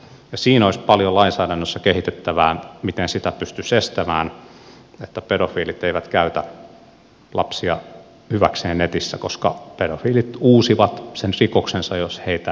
siinä olisi paljon lainsäädännössä kehitettävää miten sitä pystyisi estämään että pedofiilit käyttävät lapsia hyväkseen netissä koska pedofiilit uusivat sen rikoksensa jos heitä ei saa kiinni